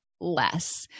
less